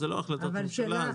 זה לא החלטות ממשלה.